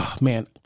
man